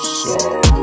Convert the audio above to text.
sorry